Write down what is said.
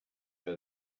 que